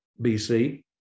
BC